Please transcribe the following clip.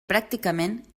pràcticament